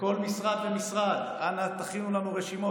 בכל משרד ומשרד: אנא תכינו לנו רשימות